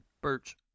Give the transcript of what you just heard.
birch